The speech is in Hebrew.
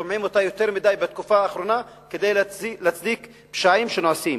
שומעים אותה יותר מדי בתקופה האחרונה כדי להצדיק פשעים שנעשים.